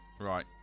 Right